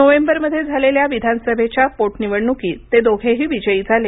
नोव्हेंबरमध्ये झालेल्या विधानसभेच्या पोटनिवडणुकीत ते दोघेही विजयी झाले